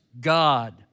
God